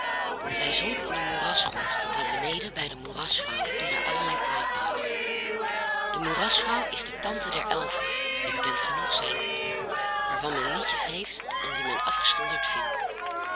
zij zonk in den moerasgrond en kwam beneden bij de moerasvrouw die daar allerlei kwaad brouwt de moerasvrouw is de tante der elfen die bekend genoeg zijn waarvan men liedjes heeft en die men afgeschilderd vindt